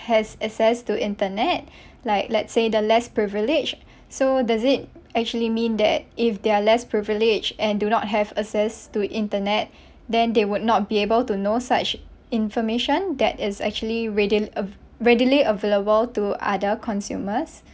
has access to internet like let's say the less-privileged so does it actually mean that if they're less-privileged and do not have access to internet then they would not be able to know such information that is actually readily um readily available to other consumers